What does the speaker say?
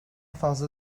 fazla